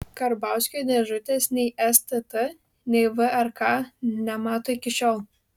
karbauskio dėžutės nei stt nei vrk nemato iki šiol